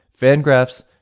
Fangraphs